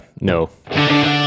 no